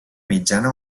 mitjana